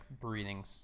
breathing